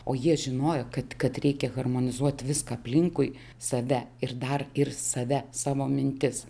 o jie žinojo kad kad reikia harmonizuot viską aplinkui save ir dar ir save savo mintis